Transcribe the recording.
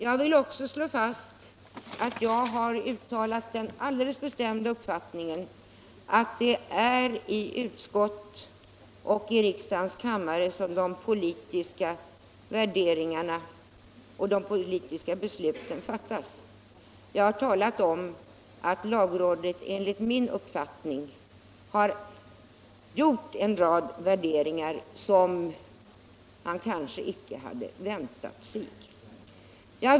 Jag vill också slå fast att jag har uttalat den alldeles bestämda uppfattningen att det är i utskott och i riksdagens kammare som de politiska värderingarna förs fram och de politiska besluten fattas. Jag har sagt att lagrådet enligt min uppfattning har gjort en rad värderingar som man kanske icke hade väntat sig.